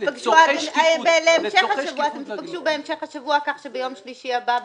תיפגשו בהמשך השבוע כך שביום שלישי הבא,